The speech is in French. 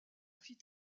fit